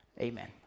Amen